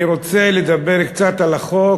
אני רוצה לדבר קצת על החוק,